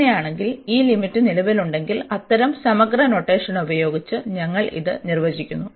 അങ്ങനെയാണെങ്കിൽ ഈ ലിമിറ്റ് നിലവിലുണ്ടെങ്കിൽ അത്തരം സമഗ്ര നൊട്ടേഷൻ ഉപയോഗിച്ച് ഞങ്ങൾ ഇത് നിർവ്വചിക്കുന്നു